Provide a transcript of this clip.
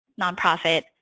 nonprofit